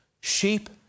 sheep